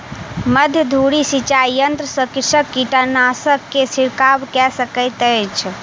मध्य धूरी सिचाई यंत्र सॅ कृषक कीटनाशक के छिड़काव कय सकैत अछि